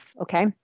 okay